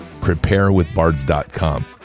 Preparewithbards.com